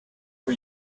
for